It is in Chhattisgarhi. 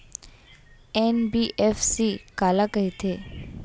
एन.बी.एफ.सी काला कहिथे?